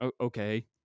okay